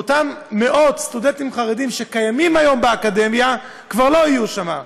ואותם מאות סטודנטים חרדים שקיימים היום באקדמיה כבר לא יהיו שם.